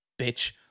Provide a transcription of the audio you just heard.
bitch